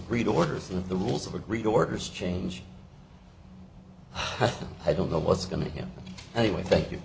agreed orders and the rules of agreed orders change hutton i don't know what's going to him anyway thank you